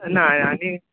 ना आं आनी